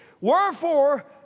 Wherefore